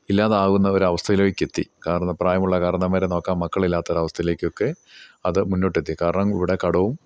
ഇല്ലാതാവുന്ന ഒരു അവസ്ഥയിലേക്ക് എത്തി കാരണം പ്രായമുള്ള കാരണവന്മാരെ നോക്കാൻ മക്കളില്ലാത്തൊരു അവസ്ഥയിലേക്കൊക്കെ അത് മുന്നോട്ടെത്തി കാരണം ഇവിടെ കടവും